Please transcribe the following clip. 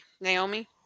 Naomi